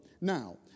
Now